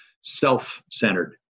self-centered